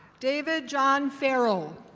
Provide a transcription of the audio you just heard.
david john feral.